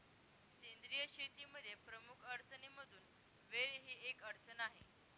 सेंद्रिय शेतीमध्ये प्रमुख अडचणींमधून वेळ ही एक अडचण आहे